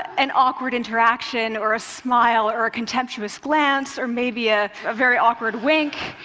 an awkward interaction, or a smile, or a contemptuous glance, or maybe ah a very awkward wink,